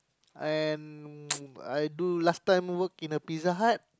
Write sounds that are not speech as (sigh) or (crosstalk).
and (noise) I do last time work in a Pizza-Hut